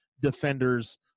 defenders